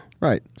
Right